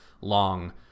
long